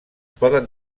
poden